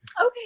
Okay